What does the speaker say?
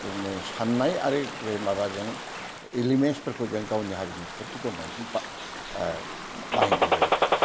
साननाय आरो बे माबाजों इमेजफोरखौ गावनि हारिमुफोरखौ जों बांसिन बाहायनाय जायो